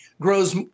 grows